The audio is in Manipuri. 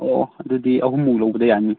ꯑꯣ ꯑꯗꯨꯗꯤ ꯑꯍꯨꯝꯃꯨꯛ ꯂꯧꯕꯗ ꯌꯥꯅꯤ